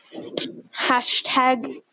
hashtag